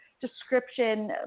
description